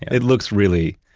it looks really,